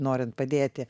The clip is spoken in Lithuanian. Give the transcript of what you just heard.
norint padėti